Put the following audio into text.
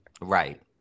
Right